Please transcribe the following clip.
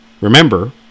Remember